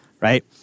right